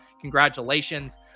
Congratulations